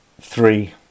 Three